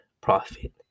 profit